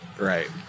Right